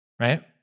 Right